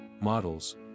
Models